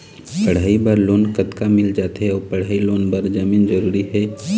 पढ़ई बर लोन कतका मिल जाथे अऊ पढ़ई लोन बर जमीन जरूरी हे?